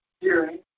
hearing